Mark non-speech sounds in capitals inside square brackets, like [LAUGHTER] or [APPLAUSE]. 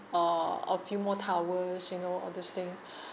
uh a few more towels you know all this thing [BREATH]